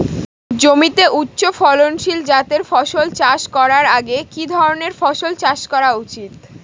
জমিতে উচ্চফলনশীল জাতের ফসল চাষ করার আগে কি ধরণের ফসল চাষ করা উচিৎ?